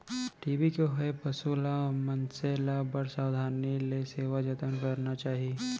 TB होए पसु ल, मनसे ल बड़ सावधानी ले सेवा जतन करना चाही